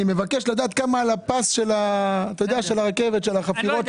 אני מבקש לדעת כמה נמצאים על הפס של החפירות של הרכבת הקלה.